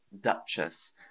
duchess